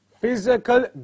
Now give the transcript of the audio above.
physical